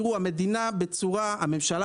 הממשלה,